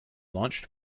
launched